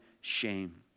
shame